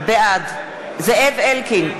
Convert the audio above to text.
בעד זאב אלקין,